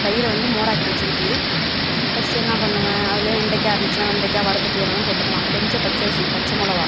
தயிரை வந்து மோராக்கி வச்சுக்கிட்டு ஃபர்ஸ்ட்டு என்ன பண்ணுவேன் அதிலே வெண்டைக்காய் இருந்துச்சுனா வெண்டைக்காய் வடை தட்டி வேணாலும் போட்டுக்கலாம் கொஞ்சம் பச்சரிசி பச்சை மிளவா